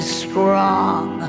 strong